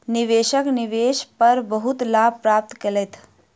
निवेशक निवेश पर बहुत लाभ प्राप्त केलैथ